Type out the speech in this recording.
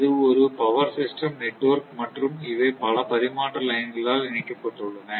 இது ஒரு power system network மற்றும்இவை பல பரிமாற்ற லைன் களால் இணைக்கப்பட்டுள்ளன